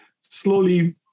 slowly